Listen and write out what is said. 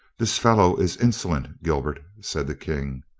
this fellow is insolent, gilbert, said the king.